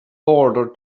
order